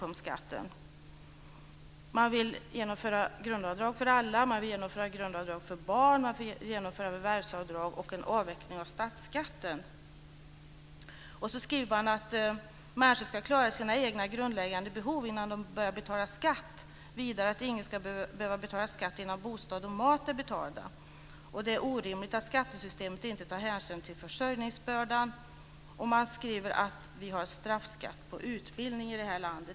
Man vill införa grundavdrag för alla, grundavdrag för barn, förvärvsavdrag och en avveckling av statsskatten. Man skriver att människor ska klara sina egna grundläggande behov innan de börjar betala skatt. Vidare ska de inte behöva betala skatt innan mat och bostad är betalda. Det är orimligt att skattesystemet inte tar hänsyn till försörjningsbörda. Vidare skriver man att vi har straffskatt på utbildning i det här landet.